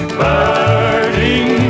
burning